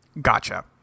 Gotcha